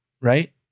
right